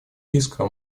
искра